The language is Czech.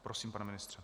Prosím, pane ministře.